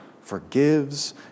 forgives